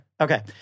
Okay